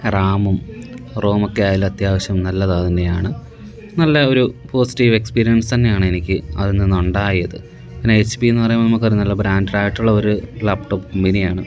റാമും റോം ഒക്കെയായാലും അത്യാവശ്യം നല്ലത് അത് തന്നെയാണ് നല്ല ഒരു പോസിറ്റീവ് എക്സ്പീരിയൻസ് തന്നെയാണ് എനിക്ക് അതിൽനിന്ന് ഉണ്ടായത് പിന്നെ എച്ച് പീ എന്ന് പറയുമ്പോൾ നമുക്ക് അറിയാം നല്ല ബ്രാൻഡഡ് ആയിട്ടുള്ള ഒരു ലാപ്ടോപ്പ് കമ്പനിയാണ്